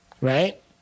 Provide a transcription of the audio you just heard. right